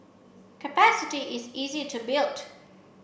capacity is easy to build